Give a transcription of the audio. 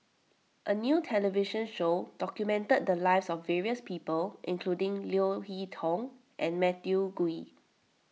a new television show documented the lives of various people including Leo Hee Tong and Matthew Ngui